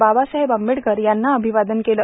बाबासाहेब आंबेडकर यांना अभिवादन केलं